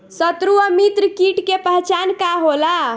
सत्रु व मित्र कीट के पहचान का होला?